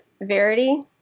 Verity